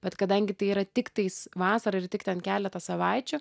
bet kadangi tai yra tik tais vasarą ir tik ten keletą savaičių